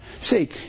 See